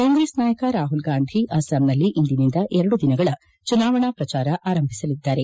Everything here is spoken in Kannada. ಕಾಂಗ್ರೆಸ್ ನಾಯಕ ರಾಹುಲ್ ಗಾಂಧಿ ಅಸ್ಸಾಂನಲ್ಲಿ ಇಂದಿನಿಂದ ಎರಡು ದಿನಗಳ ಚುನಾವಣಾ ಪ್ರಚಾರ ಆರಂಭಿಸಲಿದ್ದಾರೆ